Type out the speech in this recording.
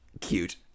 Cute